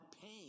pain